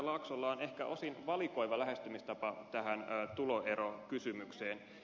laaksolla on ehkä osin valikoiva lähestymistapa tähän tuloerokysymykseen